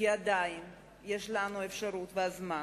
כי עדיין יש לנו האפשרות והזמן